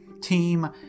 Team